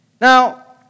Now